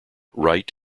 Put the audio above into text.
right